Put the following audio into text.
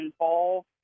involved